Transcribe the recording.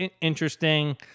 interesting